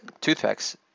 toothpicks